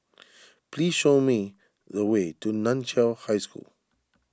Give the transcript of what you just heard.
please show me the way to Nan Chiau High School